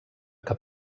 que